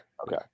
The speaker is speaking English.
Okay